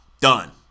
Done